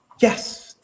Yes